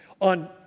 on